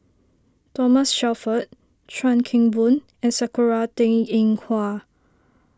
Thomas Shelford Chuan Keng Boon and Sakura Teng Ying Hua